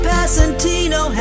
Passantino